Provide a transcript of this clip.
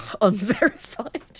Unverified